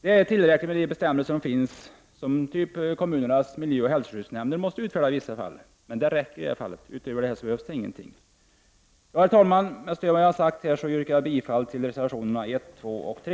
Det är tillräckligt med de bestämmelser som finns av typ kommunernas miljöoch hälsoskyddsmyndigheters bestämmelser som måste utfärdas i vissa fall. Utöver det behövs ingenting. Med stöd av vad jag här har sagt yrkar jag bifall till reservationerna 1, 2 och 3.